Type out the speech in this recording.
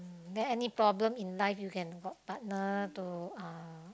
then any problem in life you can got partner to uh